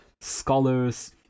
scholars